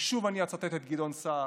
ושוב אני אצטט את גדעון סער: